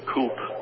Coupe